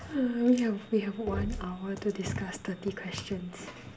we have we have one hour to discuss thirty questions